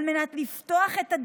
על ידי גורמים